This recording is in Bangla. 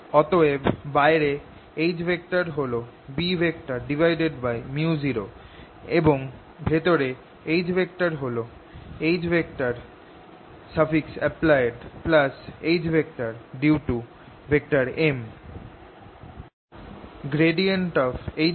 অতএব বাইরে H হল Bµ0 এবং ভেতরে H হল Happlied H due to M